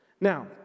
Now